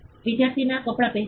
વિદ્યાર્થી કપડાં પહેરે છે